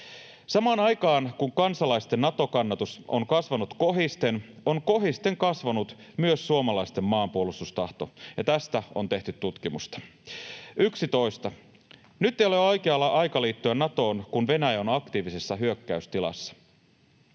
Samaan aikaan kun kansalaisten Nato-kannatus on kasvanut kohisten, on kohisten kasvanut myös suomalaisten maanpuolustustahto. Ja tästä on tehty tutkimusta. 11) Nyt ei ole oikea aika liittyä Natoon, kun Venäjä on aktiivisessa hyökkäystilassa.